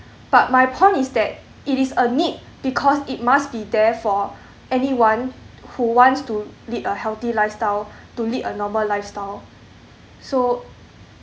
but my point is that it is a need because it must be there for anyone who wants to lead a healthy lifestyle to lead a normal lifestyle so